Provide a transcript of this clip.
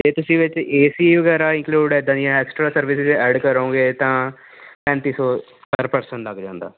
ਜੇ ਤੁਸੀਂ ਵਿੱਚ ਏ ਸੀ ਵਗੈਰਾ ਇੰਕਲੂਡ ਇੱਦਾਂ ਦੀਆਂ ਐਕਸਟਰਾ ਸਰਵਿਸ ਐਡ ਕਰੋਂਗੇ ਤਾਂ ਪੈਂਤੀ ਸੌ ਪਰ ਪਰਸਨ ਲੱਗ ਜਾਂਦਾ